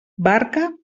barca